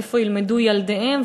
איפה ילמדו ילדיהם,